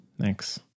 Thanks